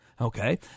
Okay